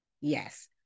Yes